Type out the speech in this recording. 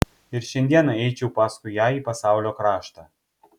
ir šiandieną eičiau paskui ją į pasaulio kraštą